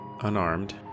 unarmed